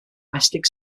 mystic